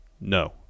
no